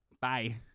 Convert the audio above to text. bye